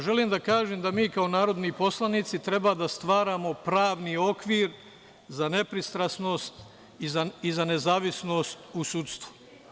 Želim da kažem da mi kao narodni poslanici treba da stvaramo pravni okvir za nepristrasnost i za nezavisnost u sudstvu.